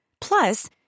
Plus